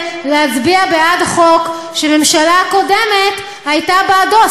להצביע בעד חוק שממשלה קודמת הייתה בעדו.